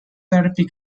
therapy